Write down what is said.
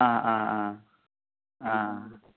ആ ആ ആ ആ